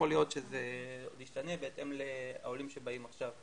יכול להיות שזה ישתנה בהתאם לעולים שבאים עכשיו.